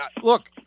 look